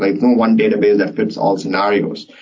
like no one database that fits all scenarios.